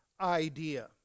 idea